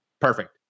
perfect